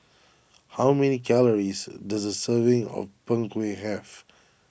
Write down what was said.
how many calories does a serving of Png Kueh have